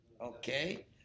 okay